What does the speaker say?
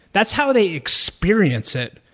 that's how they experience it,